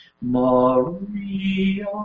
Maria